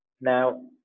Now